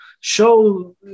show